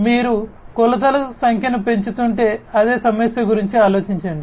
మీరు కొలతలు సంఖ్యను పెంచుతుంటే అదే సమస్య గురించి ఆలోచించండి